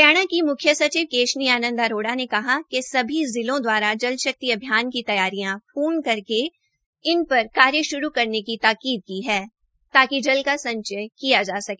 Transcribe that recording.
हरियाणा की मुख्य सचिव केशनी आंनद अरोड़ा ने कहा कि सभी जिलों द्वारा जल शक्ति अभियान की तैयारियां पूर्ण करके इन पर कार्य श्रू करने की ताकीद की है ताकि जल का संचय किया जा सके